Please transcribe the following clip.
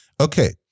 Okay